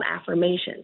affirmations